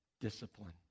discipline